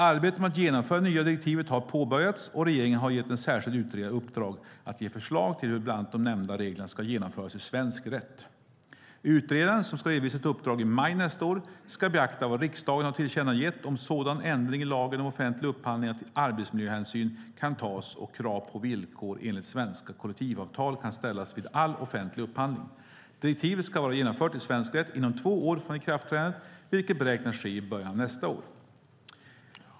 Arbetet med att genomföra det nya direktivet har påbörjats, och regeringen har gett en särskild utredare i uppdrag att ge förslag till hur bland annat de nämnda reglerna ska genomföras i svensk rätt. Utredaren, som ska redovisa sitt uppdrag i maj nästa år, ska beakta vad riksdagen har tillkännagett om sådan ändring i lagen om offentlig upphandling att arbetsmiljöhänsyn kan tas och krav på villkor enligt svenska kollektivavtal kan ställa vid all offentlig upphandling. Direktivet ska vara genomfört i svensk rätt inom två år från ikraftträdandet, vilket beräknas ske i början av nästa år.